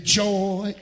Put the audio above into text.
joy